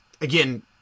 again